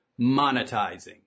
monetizing